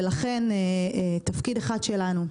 ולכן תפקיד אחד שלנו,